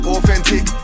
authentic